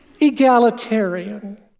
Egalitarian